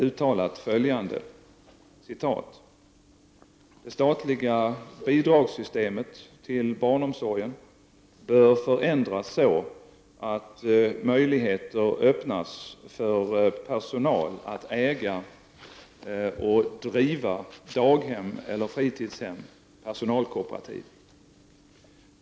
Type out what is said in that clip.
1, s. 37) uttalat följande: ”Det statliga bidragssystemet till barnomsorgen bör förändras så att möjligheter öppnas för personal att äga och driva daghem eller fritidshem .